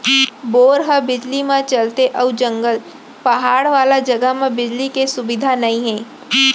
bore ह बिजली म चलथे अउ जंगल, पहाड़ वाला जघा म बिजली के सुबिधा नइ हे